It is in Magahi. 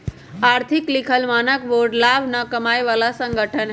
आर्थिक लिखल मानक बोर्ड लाभ न कमाय बला संगठन हइ